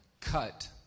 cut